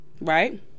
right